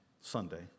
Sunday